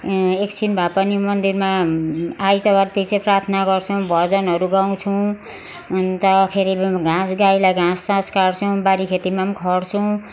एकछिन भए पनि मन्दिरमा आइतवार पिछे प्रार्थना गर्छौँ भजनहरू गाउछौँ अन्तखेरि घाँस गाईलाई घाँससास काट्छौँ बारी खेतीमा पनि खट्छौँ